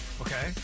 okay